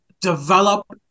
develop